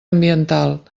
ambiental